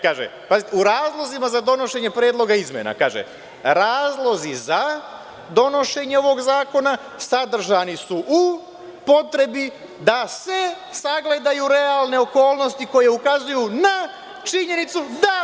Kaže se – u razlozima za donošenje predloga izmena, kaže – razlozi za donošenje ovog zakona sadržani su u potrebi da se sagledaju realne okolnosti koje ukazuju na činjenicu da…